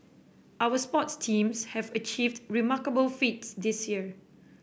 our sports teams have achieved remarkable feats this year